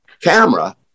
camera